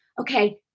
Okay